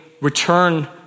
return